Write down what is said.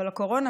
אבל הקורונה,